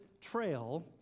trail